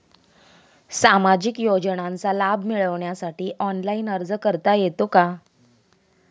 सामाजिक योजनांचा लाभ मिळवण्यासाठी ऑनलाइन अर्ज करता येतो का?